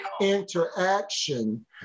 interaction